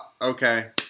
okay